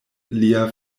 lia